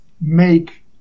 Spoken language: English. make